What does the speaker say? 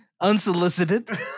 Unsolicited